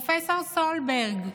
פרופ' סולברג,